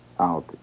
out